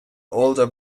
older